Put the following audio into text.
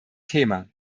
thema